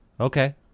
Okay